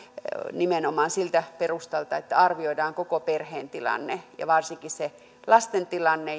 nimenomaan siltä perustalta että arvioidaan koko perheen tilanne ja varsinkin se lasten tilanne